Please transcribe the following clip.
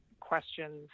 questions